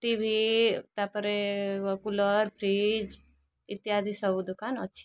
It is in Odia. ଟିଭି ତାପରେ କୁଲର୍ ଫ୍ରିଜ୍ ଇତ୍ୟାଦି ସବୁ ଦୋକାନ ଅଛି